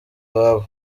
ababo